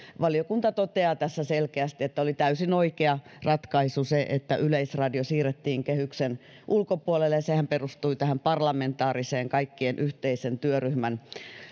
valiokunta toteaa tässä selkeästi että oli täysin oikea ratkaisu että yleisradio siirrettiin kehyksen ulkopuolelle sehän perustui parlamentaarisen kaikkien yhteisen työryhmän